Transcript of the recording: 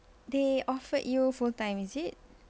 they offered you full time is it